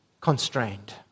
constrained